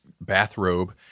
bathrobe